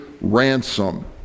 ransom